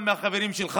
גם מהחברים שלך,